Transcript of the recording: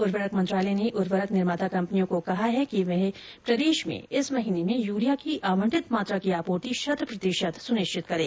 उर्वरक मंत्रालय ने उर्वरक निर्माता कम्पनियों को कहा है कि वह प्रदेश में इस महीने में यूरिया की आवंटित मात्रा की आपूर्ति शत् प्रतिशत सुनिश्चित करें